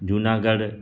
Junagadh